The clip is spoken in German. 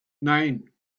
nein